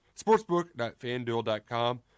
sportsbook.fanduel.com